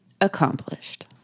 accomplished